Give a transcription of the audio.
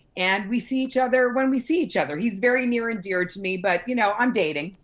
and we see each other when we see each other. he's very near and dear to me, but you know i'm dating.